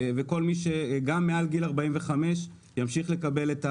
כדי שכל מי שהוא גם מעל גיל 45 ימשיך לקבל את החל"ת,